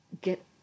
Get